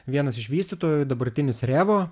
vienas iš vystytojų dabartinis revo